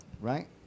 Right